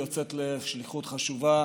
היא יוצאת לשליחות חשובה